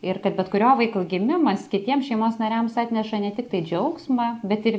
ir kad bet kurio vaiko gimimas kitiem šeimos nariams atneša ne tiktai džiaugsmą bet ir